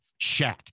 Shaq